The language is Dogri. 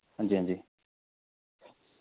हां जी हां जी